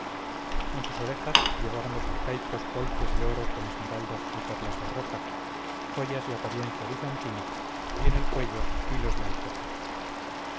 en sus orejas llevaban los arcaicos polques de oro con esmeraldas y perlas barrocas joyas de apariencia bizantina y en el cuello hilos de aljófar